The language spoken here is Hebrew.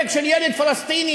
הרג של ילד פלסטיני,